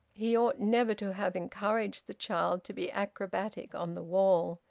he ought never to have encouraged the child to be acrobatic on the wall.